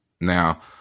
Now